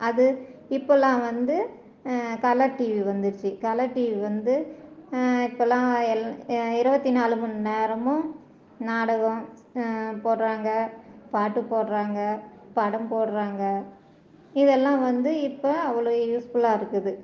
அது இப்போலாம் வந்து கலர் டிவி வந்துருச்சு கலர் டிவி வந்து இப்போலாம் எல் இருபத்தி நாலு மண் நேரமும் நாடகம் போடுறாங்க பாட்டு போடுறாங்க படம் போடுறாங்க இதெல்லாம் வந்து இப்போ அவ்வளோ யூஸ்ஃபுல்லாக இருக்குது